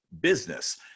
business